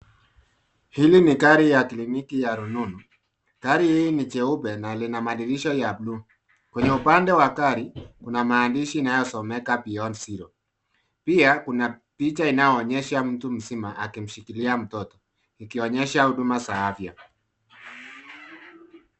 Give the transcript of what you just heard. Hili ni gari ya kliniki ya rununu. Gari hii ni jeupe na lina madirisha ya bluu, kwenye upande wa gari kuna maandishi inayosomeka Beyond Zero pia kuna picha inayoonyesha mtu mzima akimshikilia mtoto, ikionyesha huduma za afya.